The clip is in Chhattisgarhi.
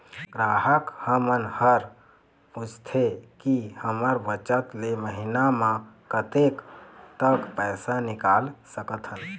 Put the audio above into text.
ग्राहक हमन हर पूछथें की हमर बचत ले महीना मा कतेक तक पैसा निकाल सकथन?